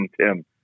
Tim